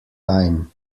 time